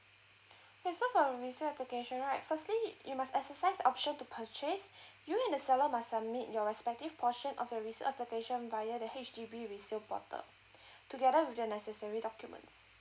okay so for a resale application right firstly you must exercise option to purchase you and the seller must submit your respective portion of your resale application via the H_D_B resale portal together with the necessary documents